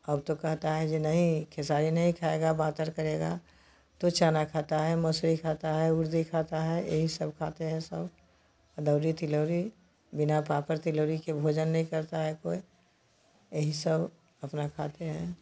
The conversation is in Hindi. अब तो कहता है जो नहीं खेसारी नहीं खाएगा बाँतर करेगा तो चना खाता है मौसरी खाता है उड़द खाता है यही सब खाते हैं सब अदौड़ी तिलौड़ी बिना पापड़ तिलौड़ी के भोजन नहीं करता है कोई यही सब अपना खाते हैं